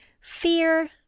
fear